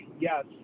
yes